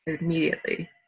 immediately